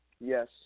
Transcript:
Yes